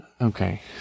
Okay